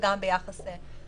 וגם ביחס לאינטרס עצמו.